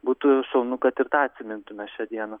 būtų šaunu kad ir tą atsimintume šią dieną